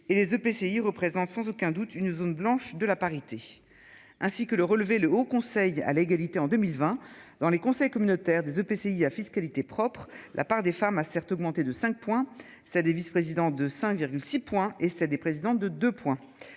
et les EPCI représente sans aucun doute une zone blanche de la parité. Ainsi que le relevé le Haut Conseil à l'égalité, en 2020 dans les conseils communautaires des EPCI à fiscalité propre. La part des femmes a certes augmenté de 5,7, des vice-, présidents de. 6 points et c'est des présidents de 2 points